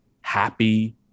happy